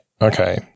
okay